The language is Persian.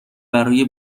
برای